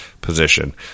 position